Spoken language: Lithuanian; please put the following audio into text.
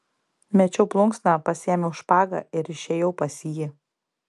mečiau plunksną pasiėmiau špagą ir išėjau pas jį